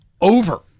over